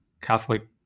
Catholic